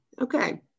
Okay